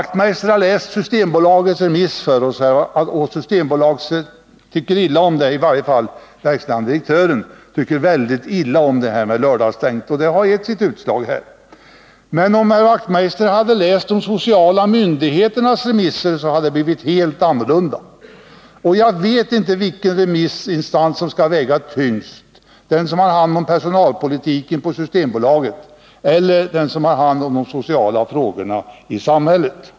Herr Wachtmeister har läst för oss Systembolagets remissutlåtande, av vilket framgår att verkställande direktören tycker väldigt illa om detta med lördagsstängda systembutiker. Men de sociala myndigheternas remissutlåtanden säger något helt annat. Jag vet inte vilken remissinstans som skall väga tyngst — den som har hand om personalpolitiken på Systembolaget eller den som har hand om de sociala frågorna i samhället.